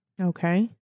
Okay